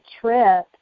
trip